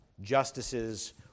justices